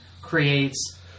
creates